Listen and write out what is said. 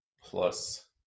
plus